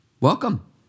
Welcome